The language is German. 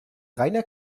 reiner